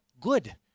good